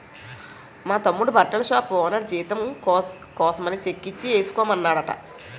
మా తమ్ముడి బట్టల షాపు ఓనరు జీతం కోసమని చెక్కిచ్చి ఏసుకోమన్నాడట